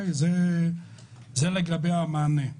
זה לגבי המענה.